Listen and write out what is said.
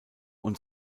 und